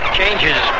changes